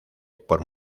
por